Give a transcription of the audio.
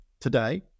today